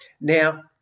Now